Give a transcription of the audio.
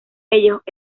ellos